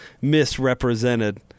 misrepresented